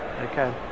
okay